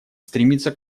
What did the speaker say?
стремиться